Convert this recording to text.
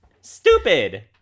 Stupid